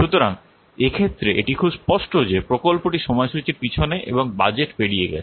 সুতরাং এক্ষেত্রে এটি খুব স্পষ্ট যে প্রকল্পটি সময়সূচীর পিছনে এবং বাজেট পেরিয়ে গেছে